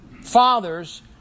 fathers